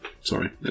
Sorry